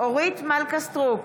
אורית מלכה סטרוק,